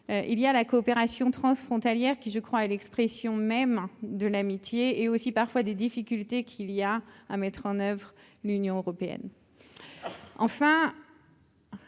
il y a la coopération transfrontalière, qui je crois est l'expression même de l'amitié et aussi parfois des difficultés qu'il y a à mettre en oeuvre l'Union européenne,